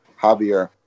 Javier